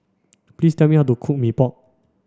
please tell me how to cook Mee Pok